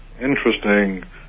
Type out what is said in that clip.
interesting